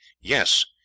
yes